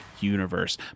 Universe